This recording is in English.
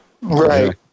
Right